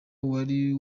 wari